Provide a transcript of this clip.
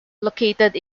located